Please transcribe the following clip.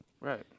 Right